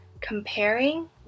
comparing